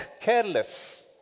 careless